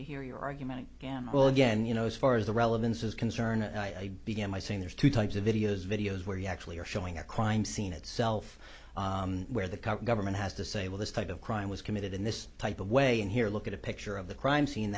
to hear your argument again well again you know as far as the relevance is concerned and i began by saying there's two types of videos videos where you actually are showing a crime scene itself where the cover government has to say well this type of crime was committed in this type of way and here look at a picture of the crime scene